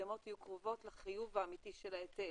שהמקדמות יהיו קרובות לחיוב האמיתי של ההיטל.